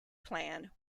plan